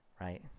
right